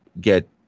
get